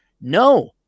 No